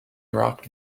rocked